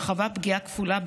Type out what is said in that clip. שחווה פגיעה כפולה,